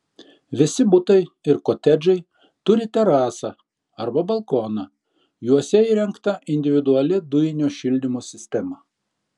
visi butai ir kotedžai turi terasą arba balkoną juose įrengta individuali dujinio šildymo sistema